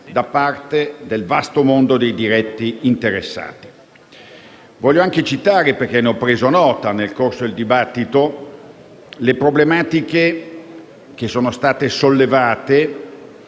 da parte del vasto mondo dei diretti interessati. Voglio anche citare - perché ne ho preso nota nel corso del dibattito - le problematiche che sono state sollevate,